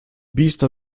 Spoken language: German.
biester